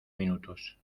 minutos